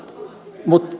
mutta